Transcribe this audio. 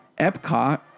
Epcot